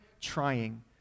trying